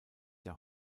der